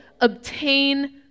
obtain